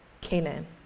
Canaan